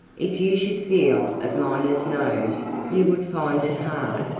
if you should feel of miner's nose you would find it hard.